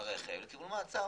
חסיד למעצר.